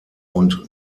und